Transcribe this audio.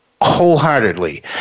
wholeheartedly